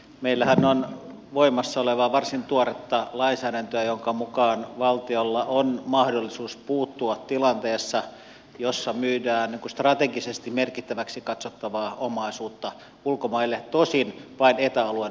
meillähän on voimassa olevaa varsin tuoretta lainsäädäntöä jonka mukaan valtiolla on mahdollisuus puuttua tilanteessa jossa myydään strategisesti merkittäväksi katsottavaa omaisuutta ulkomaille tosin vain eta alueen ulkopuolelle